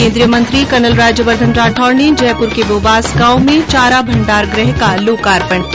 केन्द्रीय मंत्री कर्नल राज्यवर्द्वन राठौड ने जयपुर के बोबास गांव में चारा भण्डारगृह का लोकार्पण किया